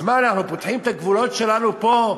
אז מה, אנחנו פותחים את הגבולות שלנו פה?